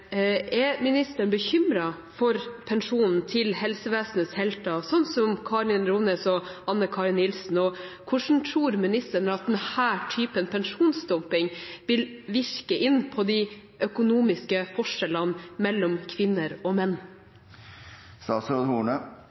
er: Er ministeren bekymret for pensjonen til helsevesenets helter, sånn som Karin Rones og Anne Karin Nilsen? Og hvordan tror ministeren at denne typen pensjonsdumping vil virke inn på de økonomiske forskjellene mellom kvinner og menn?